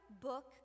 book